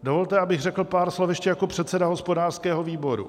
Dovolte, abych řekl pár slov ještě jako předseda hospodářského výboru.